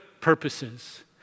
purposes